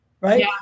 right